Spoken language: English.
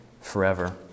forever